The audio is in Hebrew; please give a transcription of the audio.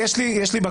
כן.